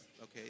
okay